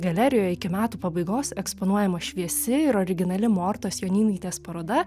galerijoje iki metų pabaigos eksponuojama šviesi ir originali mortos jonynaitės paroda